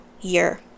year